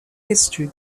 history